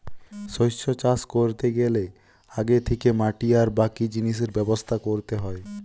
শস্য চাষ কোরতে গ্যালে আগে থিকে মাটি আর বাকি জিনিসের ব্যবস্থা কোরতে হয়